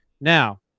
Now